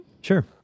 Sure